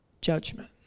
judgment